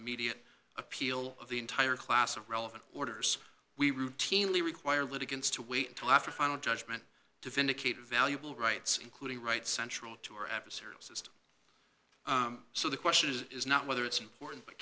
immediate appeal of the entire class of relevant orders we routinely require litigants to wait until after final judgment to vindicate valuable rights including rights central to our adversarial system so the question is not whether it's important